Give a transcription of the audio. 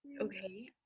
Okay